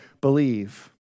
believe